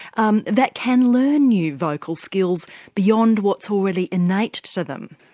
um that can learn new vocal skills beyond what's already innate to them.